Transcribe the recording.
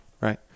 right